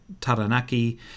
Taranaki